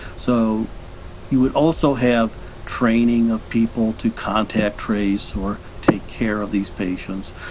so you would also have training of people to contact, trace or take care of these patients.